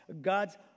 God's